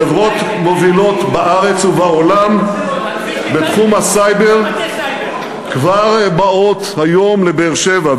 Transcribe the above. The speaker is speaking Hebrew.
חברות מובילות בארץ ובעולם בתחום הסייבר כבר באות היום לבאר-שבע,